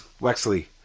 Wexley